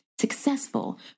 successful